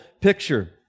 picture